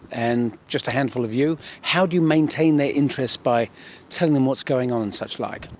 and just a handful of you, how do you maintain their interest by telling them what's going on and suchlike?